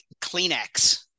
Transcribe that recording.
kleenex